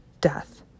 Death